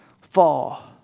fall